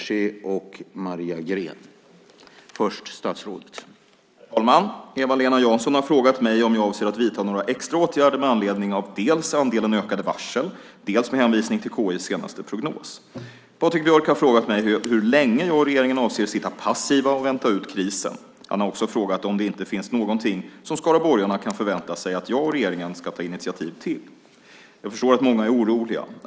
Herr talman! Eva-Lena Jansson har frågat mig om jag avser att vidta några extra åtgärder dels med anledning av andelen ökade varsel, dels med hänvisning till KI:s senaste prognos. Patrik Björck har frågat mig hur länge jag och regeringen avser att sitta passiva och vänta ut krisen. Han har också frågat om det inte finns någonting som skaraborgarna kan förvänta sig att jag och regeringen ska ta initiativ till. Jag förstår att många är oroliga.